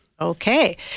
Okay